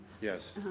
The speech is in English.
Yes